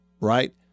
right